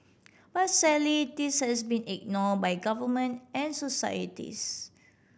but sadly this has been ignore by government and societies